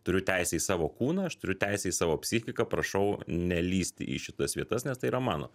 turiu teisę į savo kūną aš turiu teisę į savo psichiką prašau nelįsti į šitas vietas nes tai yra mano